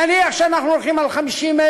נניח שאנחנו הולכים על 50,000,